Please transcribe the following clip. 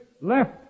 left